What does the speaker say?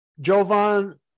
Jovan